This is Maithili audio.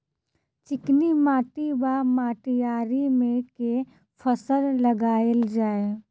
चिकनी माटि वा मटीयारी मे केँ फसल लगाएल जाए?